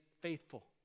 faithful